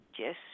yes